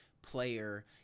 player